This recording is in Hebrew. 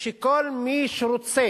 שכל מי שרוצה